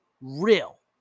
real